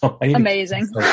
Amazing